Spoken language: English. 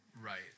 Right